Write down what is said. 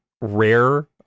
rare